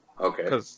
Okay